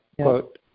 quote